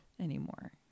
anymore